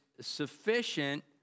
sufficient